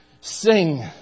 Sing